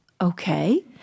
okay